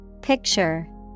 Picture